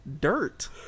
dirt